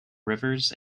rivers